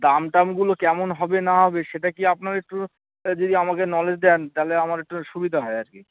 দাম টামগুলো কেমন হবে না হবে সেটা কী আপনারা একটু যদি আমাকে নলেজ দেন তালে আমার একটুখানি সুবিধা হয় আর কি